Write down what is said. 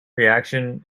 reaction